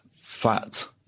fat